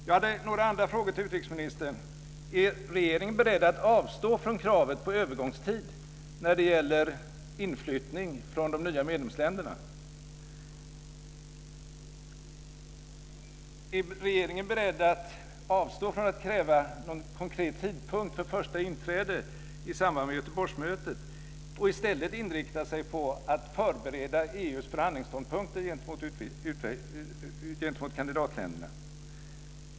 Jag har några andra frågor till utrikesministern. Är regeringen beredd att avstå från kravet på övergångstid när det gäller inflyttning från de nya medlemsländerna? Är regeringen beredd att avstå från att kräva en konkret tidpunkt för första inträde i samband med Göteborgsmötet och i stället inrikta sig på att förbereda EU:s förhandlingsståndpunkter gentemot kandidatländerna?